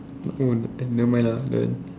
oh never mind lah then